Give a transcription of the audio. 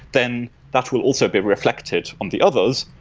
then that will also be reflected on the others,